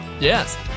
Yes